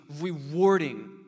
rewarding